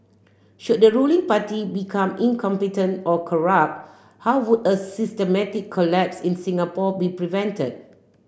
should the ruling party become incompetent or corrupt how would a systematic collapse in Singapore be prevented